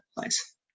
nice